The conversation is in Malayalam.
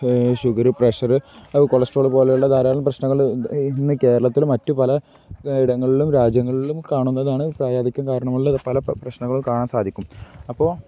ഷുഗറ് പ്രഷറ് അ കൊളസ്ട്രോള് പോലെയുള്ള ധാരാളം പ്രശ്നങ്ങൾ ഇന്ന് കേരളത്തിൽ മറ്റു പല ഇടങ്ങളിലും രാജ്യങ്ങളിലും കാണുന്നതാണ് പ്രായാധിക്ക്യം കാരണമുള്ള പല പ്രശ്നങ്ങളും കാണാൻ സാധിക്കും അപ്പോൾ